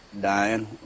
dying